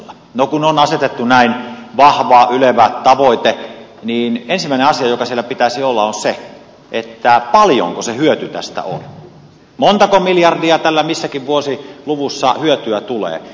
no kun on asetettu näin vahva ylevä tavoite niin ensimmäinen asia jonka siellä pitäisi olla on se paljonko se hyöty tästä on montako miljardia tästä milläkin vuosiluvulla hyötyä tulee